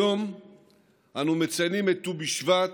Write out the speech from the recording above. היום אנחנו מציינים את ט"ו בשבט,